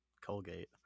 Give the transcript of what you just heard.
Colgate